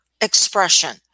expression